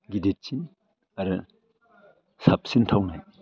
गिदिरसिन आरो साबसिन थावनाय